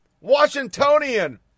Washingtonian